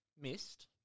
Missed